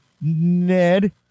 Ned